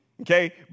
Okay